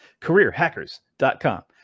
careerhackers.com